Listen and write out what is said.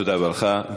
תודה רבה, אדוני.